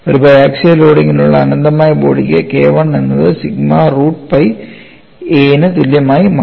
ഒരു biaxial loading ഉള്ള അനന്തമായ ബോഡിക്ക് KI എന്നത് സിഗ്മ റൂട്ട് പൈ a ന് തുല്യമായി മാറി